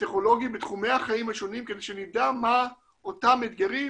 הטכנולוגיים בתחומי החיים השונים כדי שנדע מהם אותם אתגרים